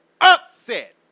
upset